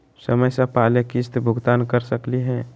समय स पहले किस्त भुगतान कर सकली हे?